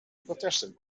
protesten